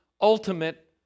ultimate